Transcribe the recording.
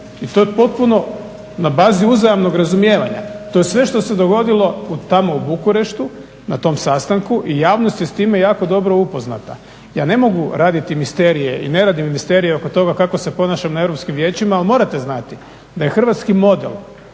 i to je potpuno na bazi uzajamnog razumijevanja. To je sve što se dogodilo tamo u Bukureštu na tom sastanku i javnost je s time jako dobro upoznata. Ja ne mogu raditi misterije i ne radim misterije oko toga kako se ponašam na Europskim vijećima ali morate znati da je hrvatski model